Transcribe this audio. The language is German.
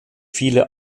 viele